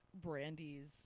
Brandy's